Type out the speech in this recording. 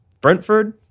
Brentford